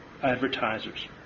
advertisers